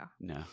No